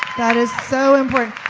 that is so important.